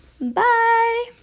bye